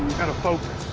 got to focus.